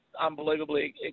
unbelievably